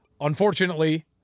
unfortunately